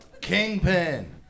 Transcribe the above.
Kingpin